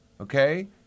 Okay